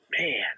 Man